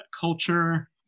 culture